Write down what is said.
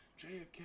JFK